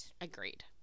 Agreed